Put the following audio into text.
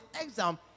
exam